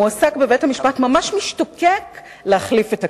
הוא מועסק בבית-המשפט וממש משתוקק להחליף את הקלדניות.